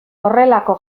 horrelako